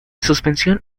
suspensión